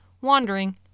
wandering